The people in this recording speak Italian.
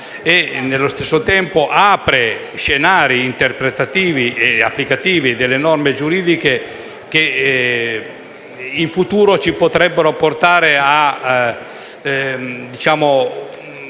Allo stesso tempo si aprono scenari interpretativi e applicativi delle norme giuridiche che, in futuro, ci potrebbero portare a